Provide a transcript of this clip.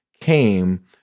came